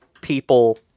people